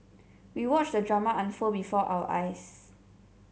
we watched the drama unfold before our eyes